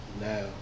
now